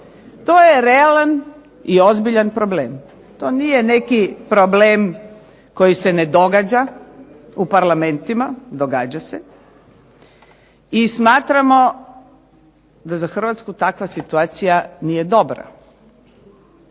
To je realan i ozbiljan problem. To nije neki problem koji se ne događa u parlamentima, događa se i smatramo da za Hrvatsku takva situacija nije dobra.